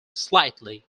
slightly